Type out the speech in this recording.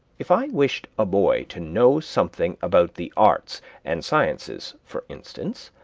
if i wished a boy to know something about the arts and sciences, for instance,